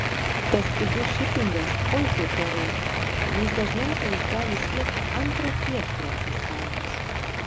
tas pigus šipingas oi kaip gerai nes dažniausiai jis gali siekt antrą tiek prekės kainos